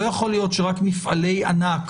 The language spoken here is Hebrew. לא יכול להיות שרק מפעלי ענק